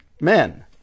men